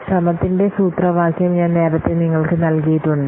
ശ്രമത്തിന്റെ സൂത്രവാക്യം ഞാൻ നേരത്തെ നിങ്ങൾക്ക് നൽകിയിട്ടുണ്ട്